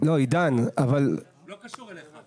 קשור אליך.